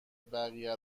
بقیه